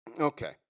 Okay